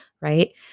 Right